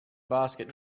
basket